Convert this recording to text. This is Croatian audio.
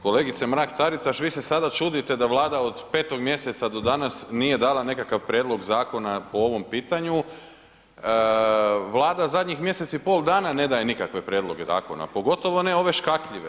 Kolegice Mrak Taritaš vi se sada čudite da Vlada od 5. mjeseca do danas nije dala nekakav prijedlog zakona po ovom pitanju, Vlada zadnjih mjesec i pol dana ne daje nikakve prijedloge zakona, pogotovo ne ove škakljive.